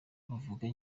bavuga